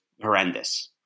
horrendous